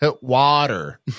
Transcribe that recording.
water